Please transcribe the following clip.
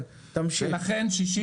אני רוצה לעשות לך סדר.